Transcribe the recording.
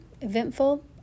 eventful